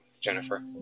Jennifer